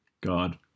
God